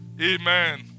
Amen